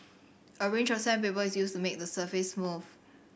a range of sandpaper is used to make the surface smooth